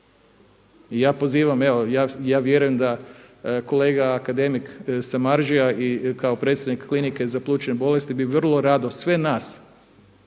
ja vjerujem da kolega akademik Samardžija i kao predsjednik klinike za plućne bolesti bi vrlo rado sve nas